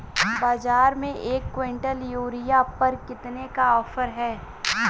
बाज़ार में एक किवंटल यूरिया पर कितने का ऑफ़र है?